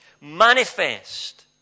manifest